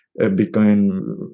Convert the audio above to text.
bitcoin